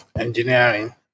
engineering